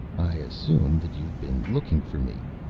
i assume that you've been looking for me,